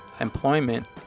employment